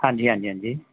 ਹਾਂਜੀ ਹਾਂਜੀ ਹਾਂਜੀ